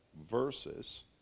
versus